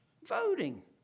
Voting